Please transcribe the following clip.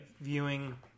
viewing